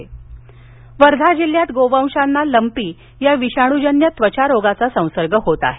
वर्धा वर्धा जिल्ह्यात गोवंशांना लम्पीया विषाणूजन्य त्वचा रोगाचा संसर्ग होत आहे